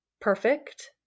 perfect